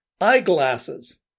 Eyeglasses